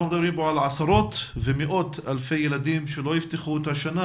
אנחנו מדברים פה על עשרות ומאות אלפי ילדים שלא יפתחו את השנה,